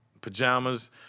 pajamas